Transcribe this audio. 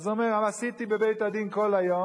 אז הוא אומר: עשיתי בבית-הדין כל היום,